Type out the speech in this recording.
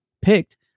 picked